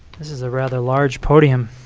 this is a rather large podium,